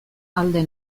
alde